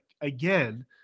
again